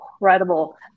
incredible